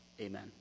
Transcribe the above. Amen